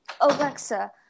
Alexa